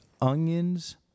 onions